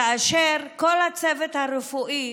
כאשר כל הצוות הרפואי